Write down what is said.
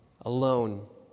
alone